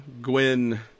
Gwyn